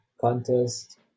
contest